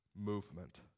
Movement